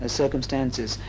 circumstances